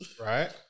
Right